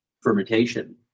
fermentation